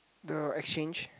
the exchange